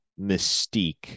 mystique